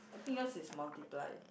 I think yours is multiply